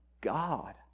God